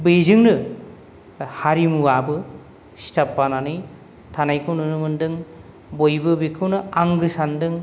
बैजोंनो हारिमुआबो सिथाबफानानै थानायखौ नुनो मोन्दों बयबो बेखौनो आंगो सान्दों